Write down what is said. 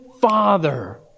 father